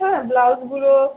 হ্যাঁ ব্লাউজগুলো